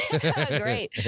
Great